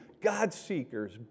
God-seekers